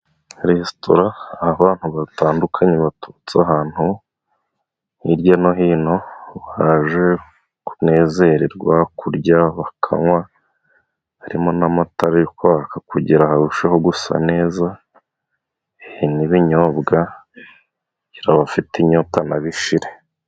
Resitora aho abantu batandukanye baturutse ahantu hirya no hino baje kunezererwa, kurya, bakanywa harimo n'amata bari kwaka kugira barusheho gusa neza n'ibinyobwa kugira ngo abafite inyota nabo ishire.